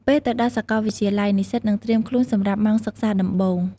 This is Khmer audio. ពេលទៅដល់សាកលវិទ្យាល័យ និស្សិតនឹងត្រៀមខ្លួនសម្រាប់ម៉ោងសិក្សាដំបូង។